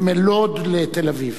זה מלוד לתל-אביב.